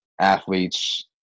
athletes